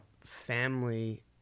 family